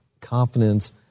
confidence